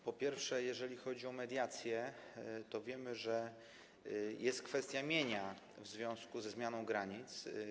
Po pierwsze, jeżeli chodzi o mediację, to wiemy, że jest kwestia mienia w związku ze zmianą granic.